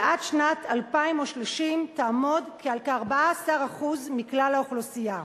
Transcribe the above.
ועד שנת 2030 תעמוד על כ-14% מכלל האוכלוסייה.